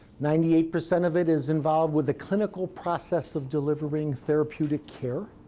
ninety eight percent of it is involved with the clinical process of delivering therapeutic care.